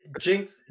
Jinx